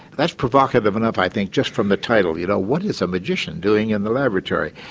that's provocative enough i think just from the title, you know, what is a magician doing in the laboratory?